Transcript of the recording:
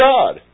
God